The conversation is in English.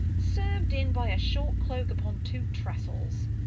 serv'd in by a short cloke upon two trestles.